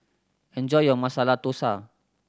enjoy your Masala Dosa